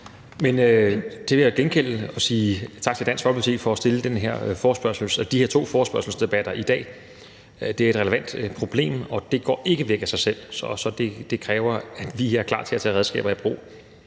Det vil jeg gengælde, og jeg vil sige tak til Dansk Folkeparti for at rejse de her to forespørgselsdebatter i dag. Det er et relevant problem, og det går ikke væk af sig selv. Så det kræver, at vi er klar til at tage redskaber i brug